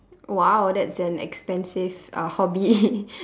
!wow! that's an expensive uh hobby